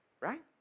Right